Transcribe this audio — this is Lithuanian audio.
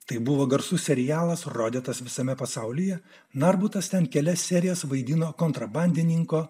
tai buvo garsus serialas rodytas visame pasaulyje norbutas ten kelias serijas vaidino kontrabandininko